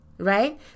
Right